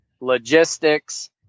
logistics